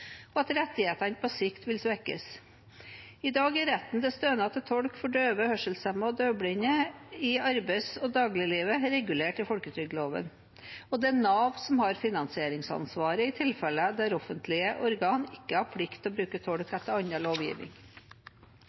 og at rettighetene på sikt vil svekkes. I dag er retten til stønad til tolk for døve, hørselshemmede og døvblinde i arbeids- og dagliglivet regulert i folketrygdloven. Det er Nav som har finansieringsansvaret i tilfeller der offentlige organer ikke har plikt til å bruke tolk etter